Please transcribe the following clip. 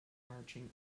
marching